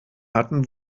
hatten